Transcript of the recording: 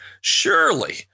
surely